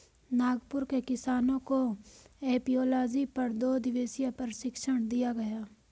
नागपुर के किसानों को एपियोलॉजी पर दो दिवसीय प्रशिक्षण दिया गया